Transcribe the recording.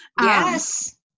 Yes